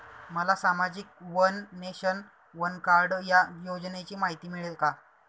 मला सामाजिक one nation, one card या योजनेची माहिती मिळेल का?